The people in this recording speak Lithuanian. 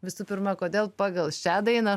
visų pirma kodėl pagal šią dainą